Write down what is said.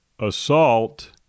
assault